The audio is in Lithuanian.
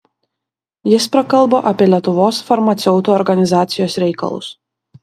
jis prakalbo apie lietuvos farmaceutų organizacijos reikalus